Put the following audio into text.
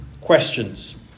questions